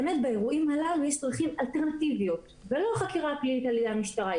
באירועים הללו יש דרכים אלטרנטיביות ולא חקירה פלילית על ידי המשטרה.